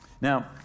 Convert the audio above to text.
Now